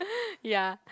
yeah